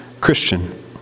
Christian